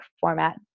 format